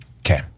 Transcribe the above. Okay